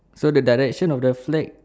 so the direction of the flag